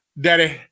Daddy